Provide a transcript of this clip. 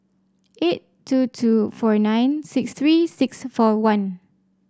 eight two two four nine six three six four one